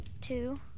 two